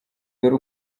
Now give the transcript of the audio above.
dore